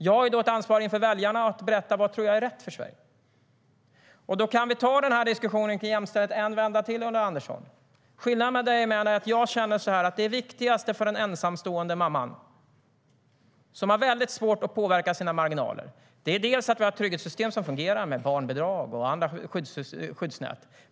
Jag har ett ansvar inför väljarna att berätta vad jag tror är rätt för Sverige.Då kan vi ta diskussionen om jämställdhet en vända till, Ulla Andersson. Skillnaden mellan dig och mig är att jag känner att det är viktigt för den ensamstående mamman som har väldigt svårt att påverka sina marginaler är att våra trygghetssystem med barnbidrag och andra skyddsnät fungerar.